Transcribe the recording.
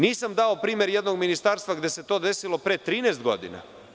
Nisam dao primer jednog ministarstva gde se to desilo pre 13. godina.